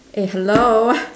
eh hello